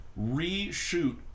reshoot